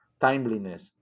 timeliness